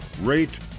rate